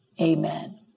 amen